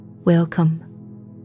Welcome